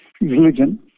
religion